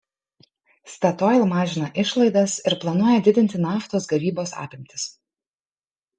statoil mažina išlaidas ir planuoja didinti naftos gavybos apimtis